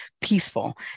peaceful